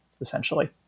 essentially